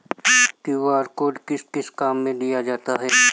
QR code किस किस काम में लिया जाता है?